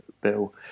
bill